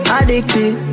Addicted